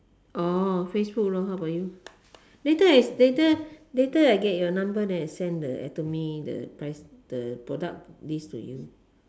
orh Facebook lor how about you later I later later I get your number then I send the Atomy the price the product list to you